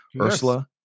Ursula